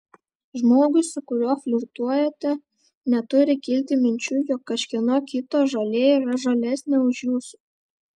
žmogui su kuriuo flirtuojate neturi kilti minčių jog kažkieno kito žolė yra žalesnė už jūsų